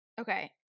Okay